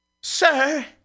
sir